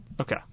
Okay